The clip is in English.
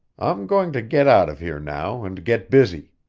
i'm going to get out of here now, and get busy.